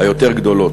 היותר גדולות.